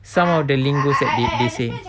some of the linguistic they say